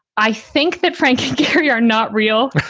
i think that, frank, here you are not real,